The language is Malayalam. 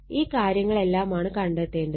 ഈ കാര്യങ്ങളെല്ലാമാണ് കണ്ടത്തേണ്ടത്